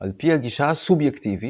על פי הגישה הסובייקטיבית,